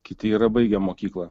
kiti yra baigę mokyklą